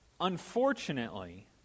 Unfortunately